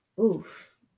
Oof